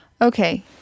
okay